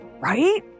right